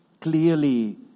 clearly